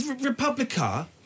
Republica